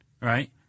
right